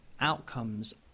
outcomes